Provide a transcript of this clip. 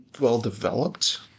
well-developed